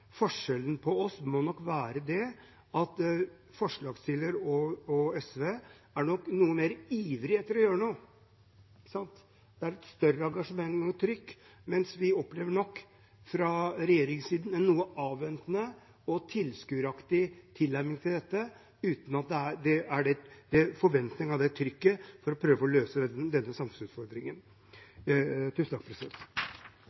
Forskjellen på oss er nok at forslagsstillerne og SV er noe mer ivrig etter å gjøre noe. Det er et større engasjement og trykk, mens vi fra regjeringssiden opplever en noe avventende og tilskueraktig tilnærming til dette – uten den forventningen og det trykket for å prøve å løse denne samfunnsutfordringen. Senterpartiet synes, i likhet med alle andre i denne